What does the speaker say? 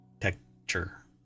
texture